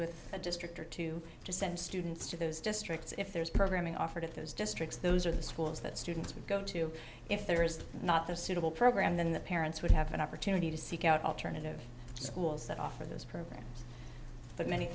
with a district or two to send students to those districts if there's programming offered at those districts those are the schools that students would go to if there is not a suitable program then the parents would have an opportunity to seek out alternative schools that offer those programs but many